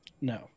No